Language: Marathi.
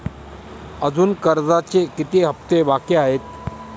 अजुन कर्जाचे किती हप्ते बाकी आहेत?